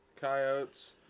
Coyotes